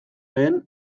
lehen